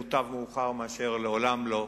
מוטב מאוחר מאשר לעולם לא,